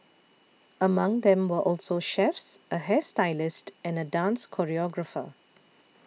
among them were also chefs a hairstylist and a dance choreographer